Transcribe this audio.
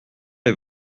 les